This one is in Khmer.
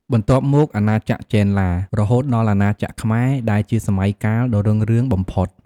បន្ទាប់មកអាណាចក្រចេនឡា រហូតដល់អាណាចក្រខ្មែរ ដែលជាសម័យកាលដ៏រុងរឿងបំផុត។